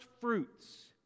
fruits